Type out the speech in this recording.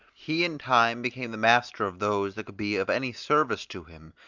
he in time became the master of those that could be of any service to him,